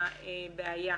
מהבעיה.